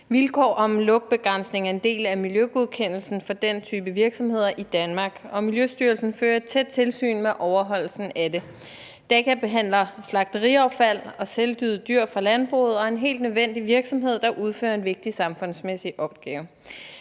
Vilkår om lugtbegrænsning er i Danmark en del af miljøgodkendelsen for den type virksomheder, og Miljøstyrelsen fører et tæt tilsyn med overholdelsen af det. Daka behandler slagteriaffald og selvdøde dyr fra landbruget og er en helt nødvendig virksomhed, der udfører en vigtig samfundsmæssig opgave.